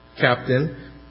captain